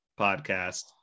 podcast